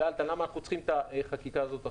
שאלת למה אנחנו צריכים את החקיקה הזאת עכשיו?